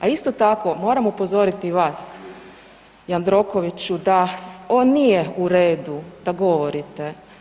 A isto tako, moram upozoriti vas, Jandrokoviću, da ovo nije u redu da govorite.